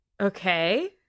Okay